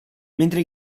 mentre